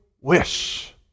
wish